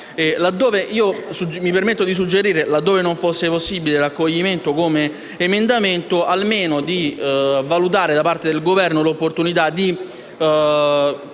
Mi permetto di suggerire, laddove non fosse possibile l'accoglimento come emendamento, che si valuti quanto meno da parte del Governo l'opportunità di